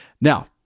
Now